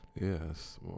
Yes